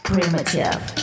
Primitive